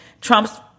Trump's